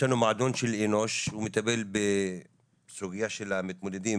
לנו מועדון של אנוש שהוא מטפל בסוגייה של המתמודדים,